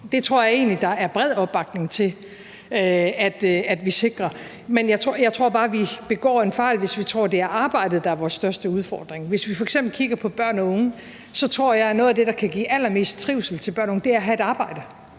det tror jeg egentlig at der er bred opbakning til at vi sikrer. Men jeg tror bare, at vi begår en fejl, hvis vi tror, at det er arbejdet, der er vores største udfordring. Hvis vi f.eks. kigger på børn og unge, tror jeg, at noget af det, der kan give allermest trivsel til børn af unge, er at have et arbejde;